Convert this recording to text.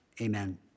Amen